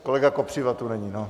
Kolega Kopřiva tu není.